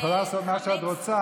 את יכולה לעשות מה שאת רוצה.